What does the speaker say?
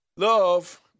Love